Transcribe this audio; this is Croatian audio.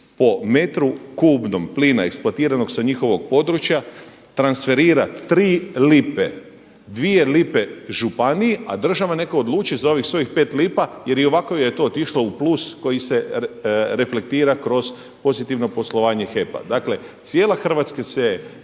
po metru kubnom plina eksploatiranog sa njihovog područja transferira tri lipe, dvije lipe županiji, a država neka odluči za ovih svojih 5 lipa jer i ovako je to otišlo u plus koji se reflektira kroz pozitivno poslovanje HEP-a. Dakle, cijela Hrvatska se